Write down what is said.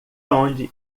onde